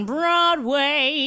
Broadway